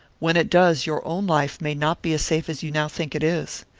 when it does, your own life may not be as safe as you now think it is.